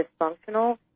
dysfunctional